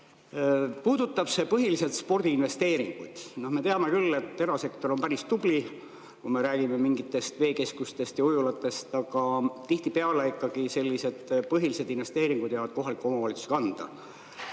Puudutavad need põhiliselt spordiinvesteeringud. Me teame küll, et erasektor on päris tubli, kui me räägime mingitest veekeskustest ja ujulatest, aga tihtipeale sellised põhilised investeeringud jäävad kohaliku omavalitsuse kanda.